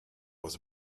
was